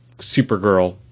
Supergirl